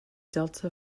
delta